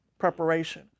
Preparation